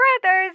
brothers